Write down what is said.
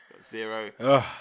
zero